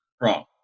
Wrong